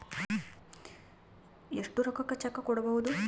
ಎಷ್ಟು ರೊಕ್ಕಕ ಚೆಕ್ಕು ಕೊಡುಬೊದು